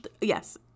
yes